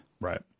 Right